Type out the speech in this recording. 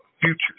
futures